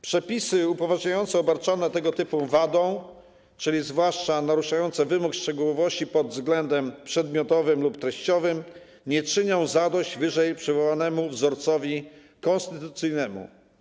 Przepisy upoważniające obarczone tego typu wadą, zwłaszcza naruszające wymóg szczegółowości pod względem przedmiotowym lub treściowym, nie czynią zadość wyżej przywołanemu wzorcowi konstytucyjnemu.